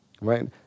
Right